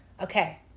Okay